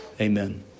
amen